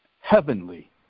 heavenly